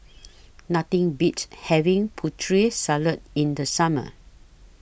Nothing Beats having Putri Salad in The Summer